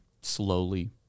slowly